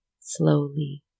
slowly